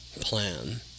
plan